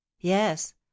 Yes